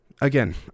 Again